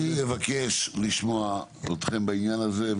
אני מבקש לשמוע אתכם בעניין הזה.